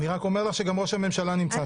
גם ראש הממשלה נמצא שם.